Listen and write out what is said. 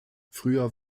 früher